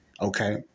okay